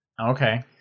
okay